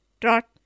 trot